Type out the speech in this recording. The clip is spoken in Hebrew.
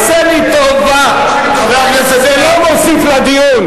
עשה לי טובה, זה לא מוסיף לדיון.